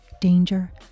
danger